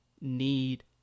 need